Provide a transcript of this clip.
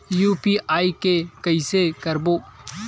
UPI के कइसे करबो?